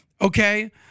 Okay